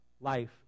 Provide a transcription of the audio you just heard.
life